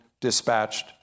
dispatched